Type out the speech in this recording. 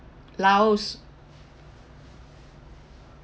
laos